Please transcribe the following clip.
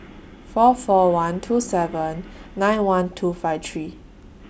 four four one two seven nine one two five three